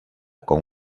con